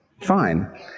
Fine